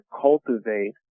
cultivate